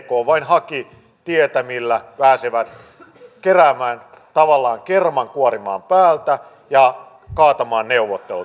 ek vain haki tietä millä he pääsivät tavallaan kerman kuorimaan päältä ja kaatamaan neuvottelut